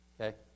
Okay